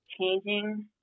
changing